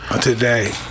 Today